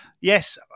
yes